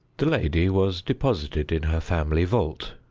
the lady was deposited in her family vault,